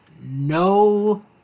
no